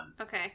Okay